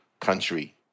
country